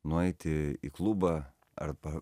nueiti į klubą arba